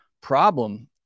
problem